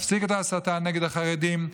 להפסיק את ההסתה נגד החרדים,